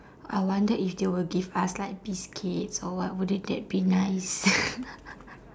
I wonder if they will give us like biscuits or what wouldn't that be nice